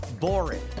boring